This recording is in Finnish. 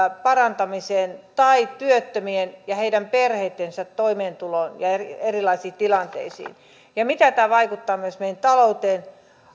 parantamiseen tai työttömien ja heidän perheittensä toimeentuloon ja erilaisiin tilanteisiin ja mitä tämä vaikuttaa myös meidän talouteemme